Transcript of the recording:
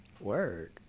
Word